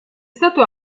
stato